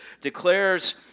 declares